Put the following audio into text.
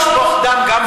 לשפוך דם זה לא רק במעשה.